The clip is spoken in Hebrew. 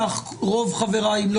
אנחנו נודיע אחרי הישיבה הזאת,